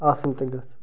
آسٕنۍ تہِ گٔژھ